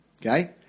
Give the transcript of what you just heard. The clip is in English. Okay